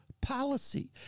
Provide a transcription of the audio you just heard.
policy